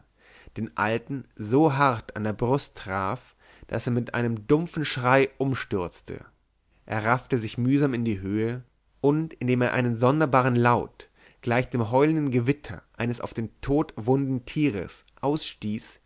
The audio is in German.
den alten so hart an der brust traf daß er mit einem dumpfen schrei umstürzte er raffte sich mühsam in die höhe und indem er einen sonderbaren laut gleich dem heulenden gewimmer eines auf den tod wunden tieres ausstieß